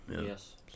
Yes